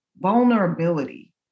vulnerability